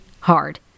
hard